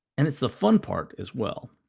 and it's the fun part as well.